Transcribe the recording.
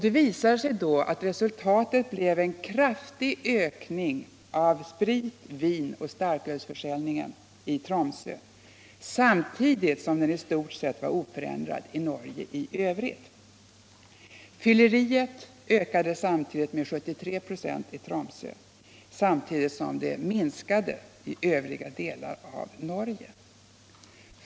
Den visar att resultatet har blivit en kraftig ökning av sprit-, vinoch starkölsförsäljningen i Tromsö samtidigt som försäljningen härav i stort sett varit oför ändrad i Norge för övrigt. Fylleriet ökade med 73 "v i Tromsö samtidigt som det minskade i övriga delar av Norge.